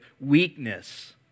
weakness